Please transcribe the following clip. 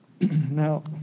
Now